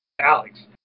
Alex